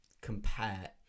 compare